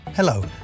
Hello